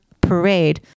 parade